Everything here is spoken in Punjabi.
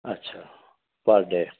ਅੱਛਾ ਤੁਹਾਡੇ